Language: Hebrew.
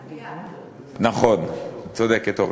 נכון, צודקת, אורלי.